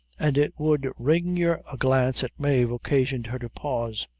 and it would wring your a glance at mave occasioned her to pause.